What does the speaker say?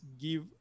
give